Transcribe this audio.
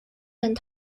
and